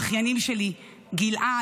האחיינים שלי גלעד,